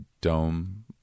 dome